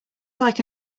like